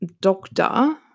doctor